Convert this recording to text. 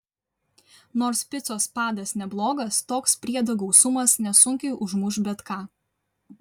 nors picos padas neblogas toks priedų gausumas nesunkiai užmuš bet ką